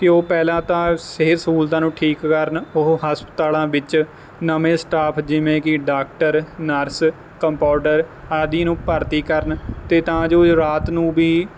ਕਿ ਉਹ ਪਹਿਲਾਂ ਤਾਂ ਸਿਹਤ ਸਹੂਲਤਾਂ ਨੂੰ ਠੀਕ ਕਰਨ ਉਹ ਹਸਪਤਾਲਾਂ ਵਿੱਚ ਨਵੇਂ ਸਟਾਫ ਜਿਵੇਂ ਕਿ ਡਾਕਟਰ ਨਰਸ ਕੰਪਾਊਡਰ ਆਦਿ ਨੂੰ ਭਰਤੀ ਕਰਨ ਅਤੇ ਤਾਂ ਜੋ ਰਾਤ ਨੂੰ ਵੀ